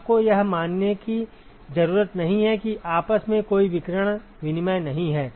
आपको यह मानने की ज़रूरत नहीं है कि आपस में कोई विकिरण विनिमय नहीं है